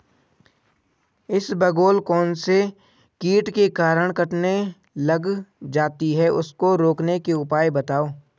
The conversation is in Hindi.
इसबगोल कौनसे कीट के कारण कटने लग जाती है उसको रोकने के उपाय बताओ?